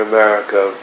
America